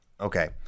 Okay